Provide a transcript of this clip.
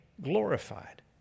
glorified